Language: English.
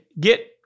get